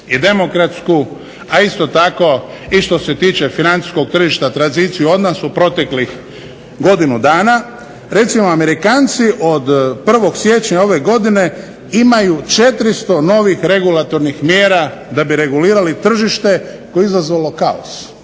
i demokratsku a isto tako i što se tiče financijskog tržišta tranziciju od nas u proteklih godinu dana. Recimo Amerikanci od 1. siječnja ove godine imaju 400 regulatornih novih mjera da bi regulirali tržište koje je izazvalo kaos.